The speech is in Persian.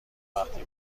وقتی